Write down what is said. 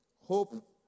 hope